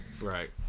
Right